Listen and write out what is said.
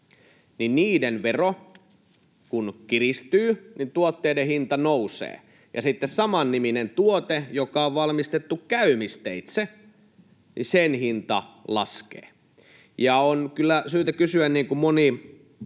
vero kiristyy, niin tuotteiden hinta nousee, ja sitten samannimisen tuotteen, joka on valmistettu käymisteitse, hinta laskee. Ja on kyllä syytä sanoa,